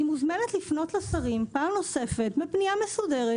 היא מוזמנת לפנות לשרים פעם נוספת בפנייה מסודרת